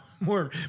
more